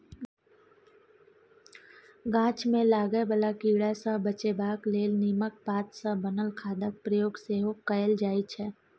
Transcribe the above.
गाछ मे लागय बला कीड़ा सँ बचेबाक लेल नीमक पात सँ बनल खादक प्रयोग सेहो कएल जाइ छै